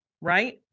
right